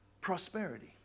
prosperity